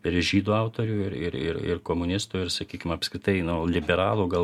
ir žydų autorių ir ir ir ir komunistų ir sakykim apskritai nu liberalų gal